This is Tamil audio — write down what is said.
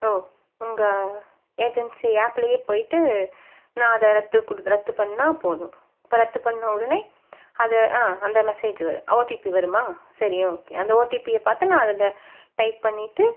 ஓ உங்கள் ஏஜென்சி ஆப்லேயே போய்விட்டு நான் அதை ரத்து கொடுத்து ரத்து பண்ணிணா போதும் இப்போ ரத்து பண்ணிண உடனே அதை ஆ அந்த மெசேஜ் வரும் ஓடிபி வருமா சரி ஓகே அந்த ஓடிபியை பார்த்து நான் அதில் டைப் பண்ணிவிட்டு